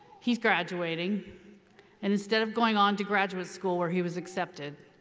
he's graduating and instead of going on to graduate school where he was accepted,